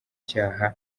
cyaha